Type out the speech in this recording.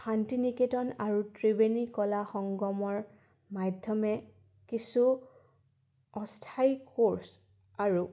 শান্তি নিকেতন আৰু ত্ৰিবেনী কলা সংগমৰ মাধ্যমে কিছু অস্থায়ী কোৰ্ছ আৰু